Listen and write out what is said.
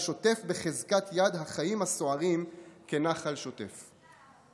ושוטף בחזקת יד החיים הסוערים כנחל שוטף".